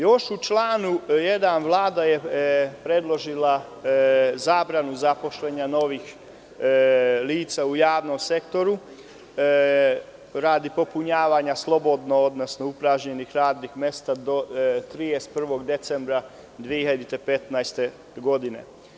Još u članu 1. Vlada je predložila zabranu zapošljavanja novih lica u javnom sektoru, radi popunjavanja upražnjenih radnih mesta, do 31. decembra 2015. godine.